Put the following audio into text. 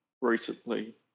Recently